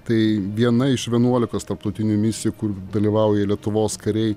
tai viena iš vienuolikos tarptautinių misijų kur dalyvauja lietuvos kariai